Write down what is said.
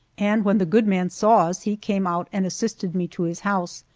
and when the good man saw us he came out and assisted me to his house,